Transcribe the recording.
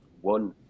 one